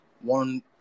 one